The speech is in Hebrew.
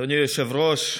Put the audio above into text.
אדוני היושב-ראש,